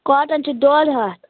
cotton چھِ ڈۄڈ ہَتھ